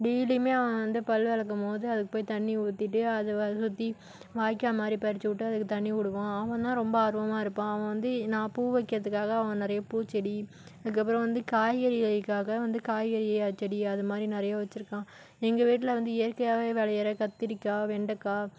டெய்லியுமே அவன் வந்து பல் விலக்கமோது அதுக் போய் தண்ணி ஊற்றிட்டு அது வ சுற்றி வாய்க்கா மாதிரி படிச்சு விட்டு அதுக்கு தண்ணி விடுவான் அவன் தான் ரொம்ப ஆர்வமாக இருப்பான் அவன் வந்து நான் பூ வைக்கறதுக்காக அவன் நிறைய பூச்செடி அதுக்கப்புறோம் வந்து காய்கறி வெய்காக வந்து காய்கறி செடி அது மாதிரி நிறையா வச்சிருக்கான் எங்கள் வீட்டில் வந்து இயற்கையாகவே விலையிற கத்திரிக்காய் வெண்டக்காய்